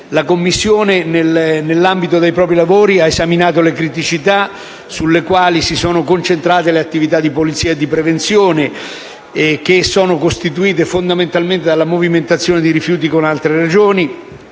La Commissione, nell'ambito dei propri lavori, ha esaminato le criticità sulle quali si sono concentrate le attività di polizia e di prevenzione, costituite fondamentalmente dalla movimentazione di rifiuti con altre Regioni,